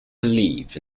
believed